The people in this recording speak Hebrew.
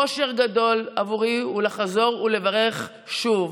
אושר גדול עבורי הוא לחזור ולברך שוב: